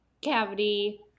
cavity